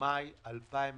במאי 2021